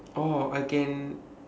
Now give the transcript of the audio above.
oh I can